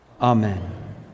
Amen